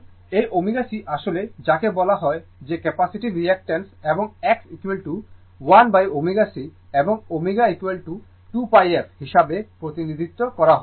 সুতরাং এই ω C আসলে যাকে বলা হয় যে ক্যাপাসিটিভ রিঅ্যাকটাঁস এবং X 1ω C এবং ω 2πf হিসাবে প্রতিনিধিত্ব করা হয়